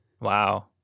Wow